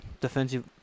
defensive